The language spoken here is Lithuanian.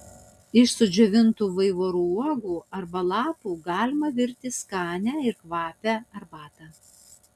iš sudžiovintų vaivorų uogų arba lapų galima virti skanią ir kvapią arbatą